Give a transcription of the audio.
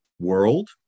world